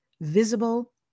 visible